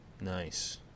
nice